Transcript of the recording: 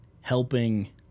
helping